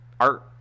art